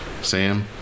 Sam